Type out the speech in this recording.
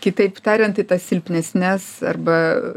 kitaip tariant į tas silpnesnes arba